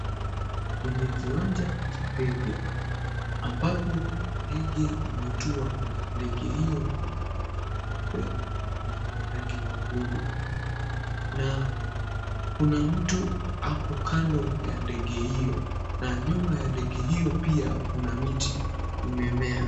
Ni kwenye kiwanja cha ndege ambapo ndege imetua na ndege hio ni ya rangi nyeupe na rangi nyekundu na kuna mtu ako kando ya ndege hiyo na nyuma ya ndege hiyo pia kuna miti imemea.